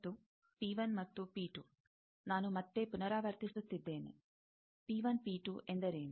ಮತ್ತು ಪಿ1 ಮತ್ತು ಪಿ2 ನಾನು ಮತ್ತೆ ಪುನರಾವರ್ತಿಸುತ್ತಿದ್ದೇನೆ ಎಂದರೇನು